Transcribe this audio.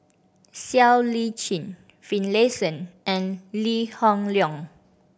Siow Lee Chin Finlayson and Lee Hoon Leong